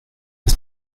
ist